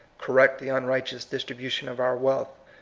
correct the unright eous distribution of our wealth,